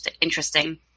interesting